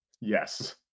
Yes